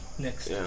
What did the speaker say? next